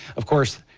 of course,